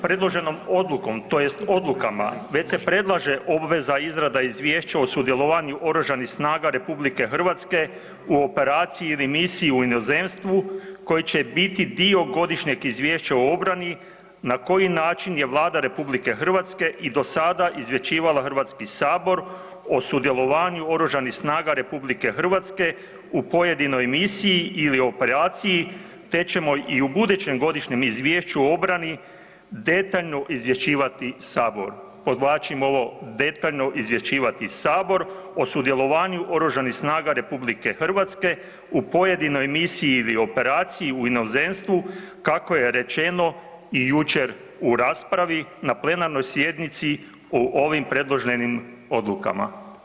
Predloženom odlukom tj. odlukama već se predlaže obveza izrada izvješća o sudjelovanju Oružanih snaga RH u operaciji ili misiji u inozemstvu koji će biti dio godišnjeg izvješća o obrani na koji način je Vlada RH i do sada izvješćivala HS o sudjelovanju Oružanih snaga RH u pojedinoj misiji ili operaciji te ćemo i u budućim godišnjem izvješću o obrani detaljno izvješćivati Sabor. podvlačim ovo, detaljno izvješćivati Sabor o sudjelovanju Oružanih snaga RH u pojedinoj misiji ili operaciji u inozemstvu kako je rečeno i jučer u raspravi na plenarnoj sjednici o ovim predloženim odlukama.